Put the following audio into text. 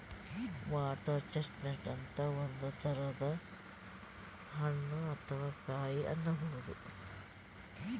water chestnut ಅಂತ್ ಒಂದ್ ತರದ್ ಹಣ್ಣ್ ಅಥವಾ ಕಾಯಿ ಅನ್ಬಹುದ್